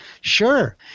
sure